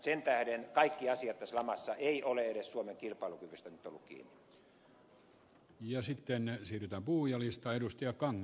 sen tähden kaikki asiat tässä lamassa eivät ole edes suomen kilpailukyvystä nyt olleet kiinni